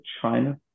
China